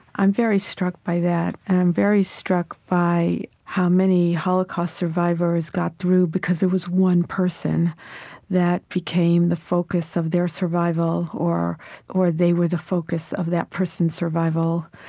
i'm very struck by that. and i'm very struck by how many holocaust survivors got through because there was one person that became the focus of their survival, or or they were the focus of that person's survival.